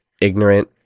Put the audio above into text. ignorant